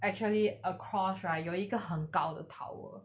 actually across right 有一个很高的 tower